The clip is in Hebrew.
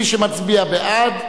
מי שמצביע בעד,